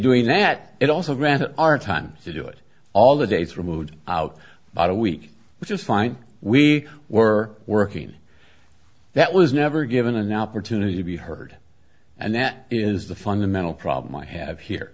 doing that it also grants our time to do it all the dates were moved out about a week which is fine we were working that was never given an opportunity to be heard and that is the fundamental problem i have here